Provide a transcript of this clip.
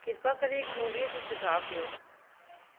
कृपा करे हिकु मूवी जो सुझाव ॾियो